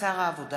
הודעת שר העבודה,